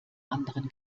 anderen